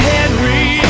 Henry